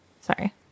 Sorry